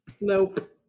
Nope